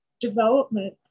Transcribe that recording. development